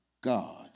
God